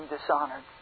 dishonored